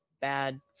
bad